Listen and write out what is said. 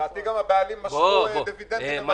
לדעתי גם הבעלים משכו דיבידנדים של